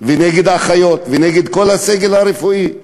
ונגד האחיות ונגד כל הסגל הרפואי.